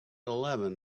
eleven